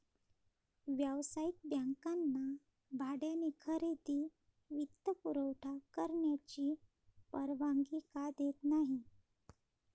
व्यावसायिक बँकांना भाड्याने खरेदी वित्तपुरवठा करण्याची परवानगी का देत नाही